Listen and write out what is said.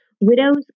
Widows